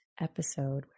episode